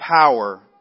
power